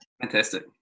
Fantastic